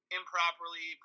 improperly